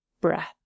breath